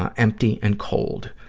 ah empty and cold.